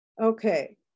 Okay